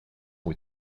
ont